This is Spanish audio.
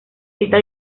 está